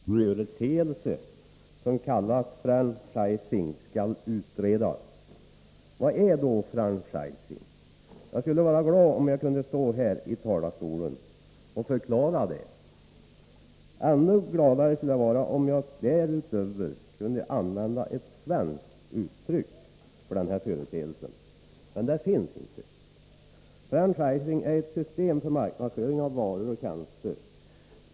Herr talman! Stig Gustafsson m.fl. socialdemokrater kräver i en motion att en företeelse som kallas franchising skall utredas. Vad är då franchising? Jag skulle vara glad om jag kunde stå här i 146 talarstolen och förklara det. Ännu gladare skulle jag vara om jag därutöver kunde använda ett svenskt uttryck för denna företeelse, men det finns inte. Franchising är ett system för marknadsföring av varor och tjänster.